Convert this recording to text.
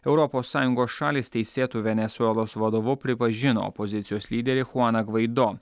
europos sąjungos šalys teisėtu venesuelos vadovu pripažino opozicijos lyderį chuaną gvaido